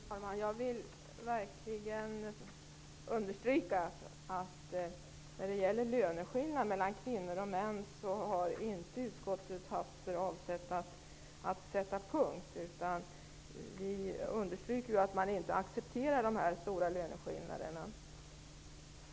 Fru talman! Jag vill verkligen understryka att utskottet inte har haft för avsikt att sätta punkt när det gäller löneskillnader mellan kvinnor och män. Vi understryker att vi inte accepterar de stora löneskillnaderna.